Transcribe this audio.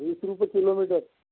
वीस रुपये किलोमीटर